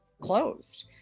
closed